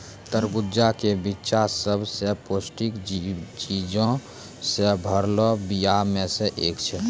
तरबूजा के बिच्चा सभ से पौष्टिक चीजो से भरलो बीया मे से एक छै